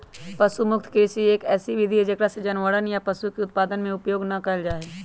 पशु मुक्त कृषि, एक ऐसी विधि हई जेकरा में जानवरवन या पशु उत्पादन के उपयोग ना कइल जाहई